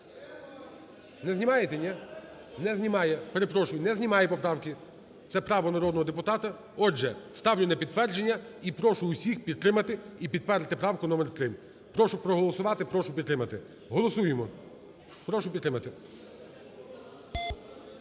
Не знімаєте, ні? Не знімає, перепрошую. Не знімає поправки, це право народного депутата. Отже, ставлю на підтвердження і прошу усіх підтримати і підтвердити правку номер 3. Прошу проголосувати, прошу підтримати. Голосуємо, прошу підтримати.